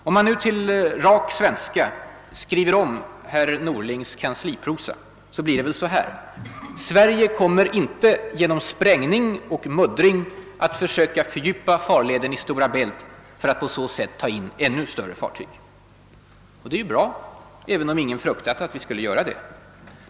Om man till rak svenska skriver om herr Norlings kansliprosa blir det väl så här: Sverige kommer inte att genom sprängning och muddring försöka fördjupa farleden i Stora Bält för att på så sätt ta in ännu större fartyg. Det är ju bra, även om väl ingen fruktat att vi skulle göra det.